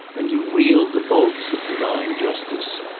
and you wield the bolts of divine justice.